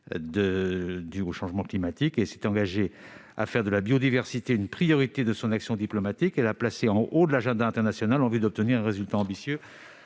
du changement climatique. Elle s'est engagée à faire de la biodiversité une priorité de son action diplomatique et l'a placée en haut de l'agenda international, en vue d'obtenir un résultat ambitieux